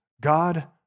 God